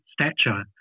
stature